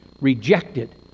rejected